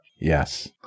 yes